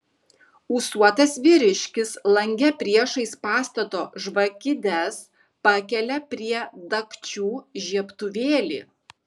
ūsuotas vyriškis lange priešais pastato žvakides pakelia prie dagčių žiebtuvėlį